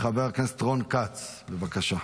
חבר הכנסת רון כץ, בבקשה.